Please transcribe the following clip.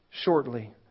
Shortly